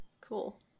cool